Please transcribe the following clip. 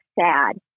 sad